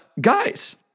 Guys